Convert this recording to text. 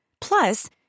Plus